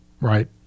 right